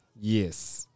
Yes